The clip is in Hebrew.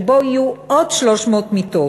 שבו יהיו עוד 300 מיטות.